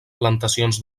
plantacions